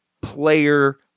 player